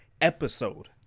episode